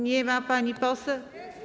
Nie ma pani poseł.